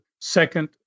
second